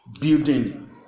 building